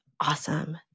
awesome